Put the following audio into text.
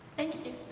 thank you.